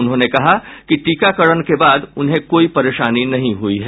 उन्होंने कहा कि टीकाकरण के बाद उन्हें कोई परेशानी नहीं हुई है